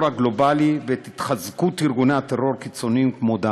הגלובלי ואת התחזקות ארגוני טרור קיצוניים כמו "דאעש".